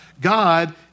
God